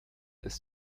ist